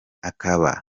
akaba